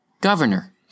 Governor